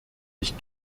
ich